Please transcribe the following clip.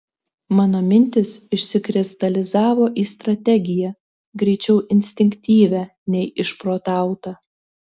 mano mintys išsikristalizavo į strategiją greičiau instinktyvią nei išprotautą